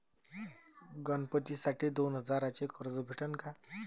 गणपतीसाठी दोन हजाराचे कर्ज भेटन का?